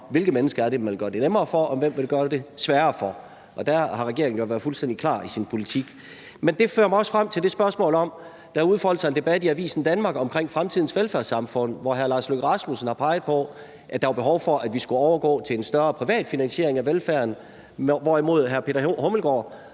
hvilke mennesker det er, man gør det nemmere for, og hvem man gør det sværere for. Og der har regeringen jo været fuldstændig klar i sin politik. Det fører mig også frem til det her spørgsmål om, at der har udfoldet sig en debat i Avisen Danmark omkring fremtidens velfærdssamfund, hvor udenrigsministeren har peget på, at der var behov for, at vi skulle overgå til en større privatfinansiering af velfærden, hvorimod justitsministeren